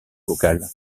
vocal